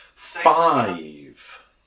Five